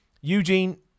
Eugene